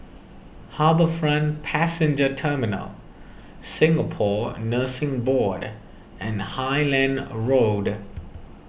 HarbourFront Passenger Terminal Singapore Nursing Board and Highland Road